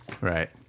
Right